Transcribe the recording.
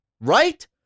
right